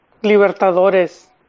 Libertadores